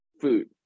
food